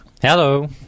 Hello